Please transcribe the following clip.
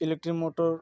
electric motor